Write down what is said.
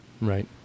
Right